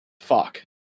fuck